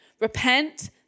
repent